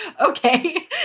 Okay